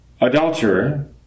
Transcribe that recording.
adulterer